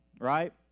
right